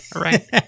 right